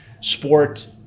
sport